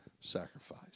sacrifice